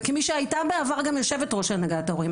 וכמי שהייתה בעבר גם יו"ר הנהגת ההורים,